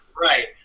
Right